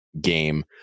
game